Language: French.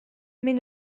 mais